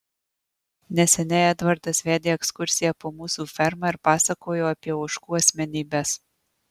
neseniai edvardas vedė ekskursiją po mūsų fermą ir pasakojo apie ožkų asmenybes